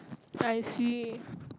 I see